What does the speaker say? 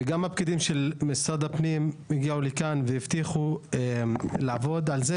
וגם הפקידים של משרד הפנים הגיעו לכאן והבטיחו לעבוד על כך